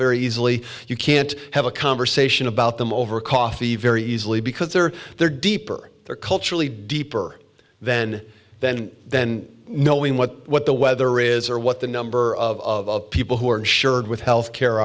very easily you can't have a conversation about them over coffee very easily because they're there deeper culturally deeper then then then knowing what what the weather is or what the number of people who are insured with health care